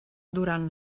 durant